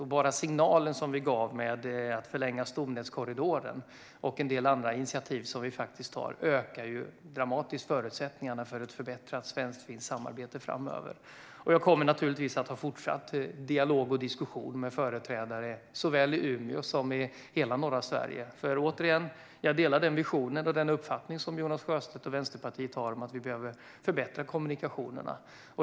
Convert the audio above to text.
Och bara signalen som vi gav med att förlänga stomnätskorridoren och en del andra initiativ som vi tar ökar ju dramatiskt förutsättningarna för ett förbättrat svenskfinskt samarbete framöver. Jag kommer naturligtvis att fortsätta dialogen och diskussionen med företrädare såväl i Umeå som i hela norra Sverige, för, återigen, jag delar Jonas Sjöstedts och Vänsterpartiets uppfattning att vi behöver förbättra kommunikationerna.